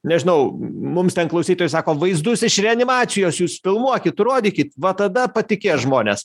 nežinau mums ten klausytojai sako vaizdus iš reanimacijos jūs filmuokit rodykit va tada patikės žmonės